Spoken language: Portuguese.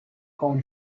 com